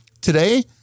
Today